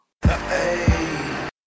hey